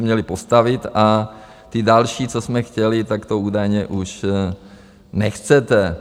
Měly by se postavit, a ty další, co jsme chtěli, tak to údajně už nechcete.